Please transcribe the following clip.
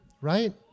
right